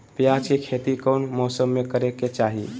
प्याज के खेती कौन मौसम में करे के चाही?